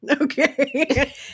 Okay